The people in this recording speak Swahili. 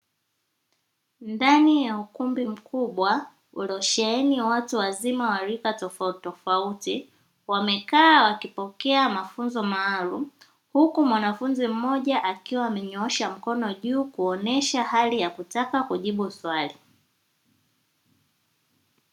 Ndani ya ukumbi mkubwa uliosheheni watu wazima waarika tofauti tofauti wamekaa wakipokea mafunzo maalumu, huku mwanafunzi mmoja akiwa amenyoosha mkono juu kuonesha hali ya kutaka kujibu swali.